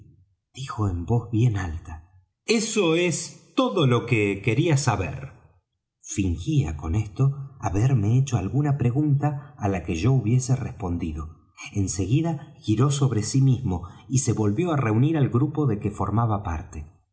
dijo en voz bien alta eso es todo lo que quería saber fingía con esto haberme hecho alguna pregunta á la que yo hubiese respondido en seguida giró sobre sí mismo y se volvió á reunir al grupo de que formaba parte